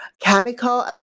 chemical